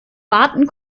warten